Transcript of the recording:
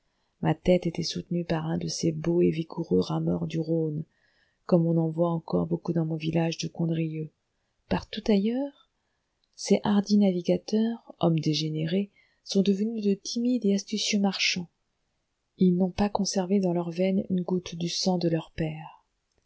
ma tête était soutenue par un de ces beaux et vigoureux rameurs du rhône comme on en voit encore beaucoup dans mon village de condrieu partout ailleurs ces hardis navigateurs hommes dégénérés sont devenus de timides et astucieux marchands ils n'ont pas conservé dans leurs veines une goutte du sang de leurs pères